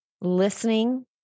listening